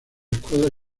escuadra